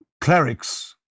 clerics